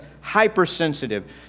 hypersensitive